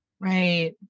Right